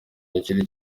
hakiri